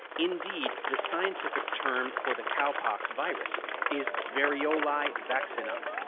indeed, the scientific term for the cowpox virus is variolae vaccinae.